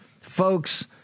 folks